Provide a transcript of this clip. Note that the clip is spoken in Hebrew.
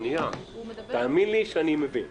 לא.